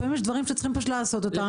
לפעמים יש דברים שצריכים פשוט לעשות אותם,